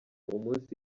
umunsi